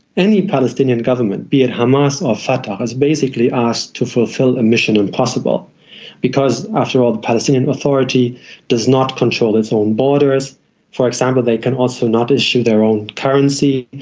any palestinian government, be it hamas or fatah, has basically asked to fulfil a mission impossible because, after all, the palestinian authority does not control its own borders for example, they can also not issue their own currency.